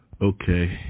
Okay